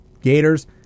Gators